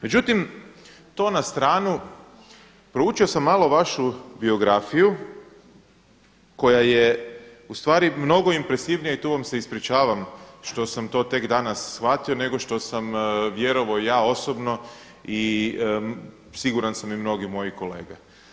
Međutim, to na stranu, proučio sam malo vašu biografiju koja je ustvari mnogo impresivnija i tu vam se ispričavam što sam to tek danas shvatio nego što sam vjerovao ja osobno i siguran sam i mnogi moji kolege.